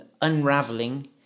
Unraveling